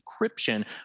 encryption